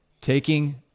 taking